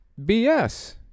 BS